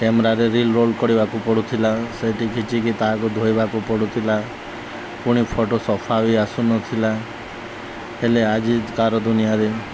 କ୍ୟାମେରାରେ reel roll କରିବାକୁ ପଡ଼ୁଥିଲା ସେଇଠି ଖିଚିକି ତାହାକୁ ଧୋଇବାକୁ ପଡ଼ୁଥିଲା ପୁଣି ଫଟୋ ସଫା ବି ଆସୁନଥିଲା ହେଲେ ଆଜିକାର ଦୁନିଆରେ